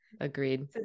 Agreed